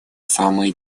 самые